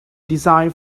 decided